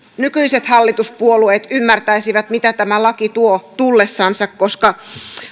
nykyiset hallituspuolueet ymmärtäisivät mitä tämä laki tuo tullessansa koska